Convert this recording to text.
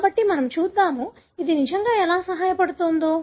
కాబట్టి మనము చూద్దాం ఇది నిజంగా ఎలా సహాయపడుతుందో